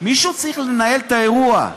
מישהו צריך לנהל את האירוע.